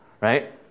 right